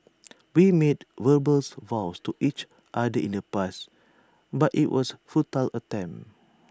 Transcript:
we made verbal vows to each other in the past but IT was futile attempt